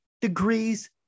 degrees